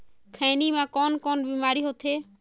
खैनी म कौन कौन बीमारी होथे?